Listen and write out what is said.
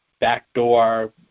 backdoor